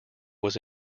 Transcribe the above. was